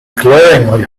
glaringly